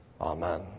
Amen